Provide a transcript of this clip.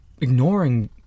ignoring